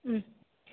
ഉം